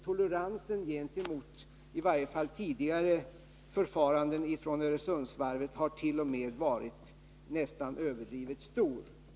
Toleransen mot Öresundsvarvet för i varje fall tidigare förfaranden har varit nä överdrivet stor.